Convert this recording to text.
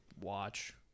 watch